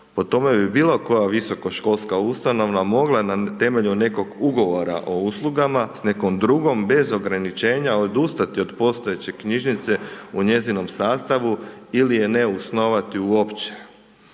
po tome bi bilo koja visokoškolska ustanova mogla na temelju nekog ugovora o uslugama s nekom drugom bez ograničenja odustati od postojeće knjižnice u njezinom sastavu ili je ne osnovati uopće.